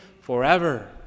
forever